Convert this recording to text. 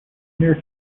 mere